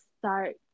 start